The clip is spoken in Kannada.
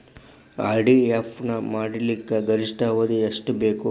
ಆರ್.ಡಿ ಒಪನ್ ಮಾಡಲಿಕ್ಕ ಗರಿಷ್ಠ ಅವಧಿ ಎಷ್ಟ ಬೇಕು?